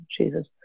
Jesus